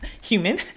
human